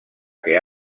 que